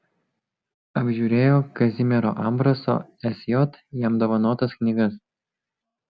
apžiūrėjo kazimiero ambraso sj jam dovanotas knygas